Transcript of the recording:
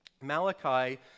Malachi